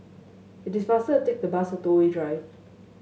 it is faster to take the bus to Toh Yi Drive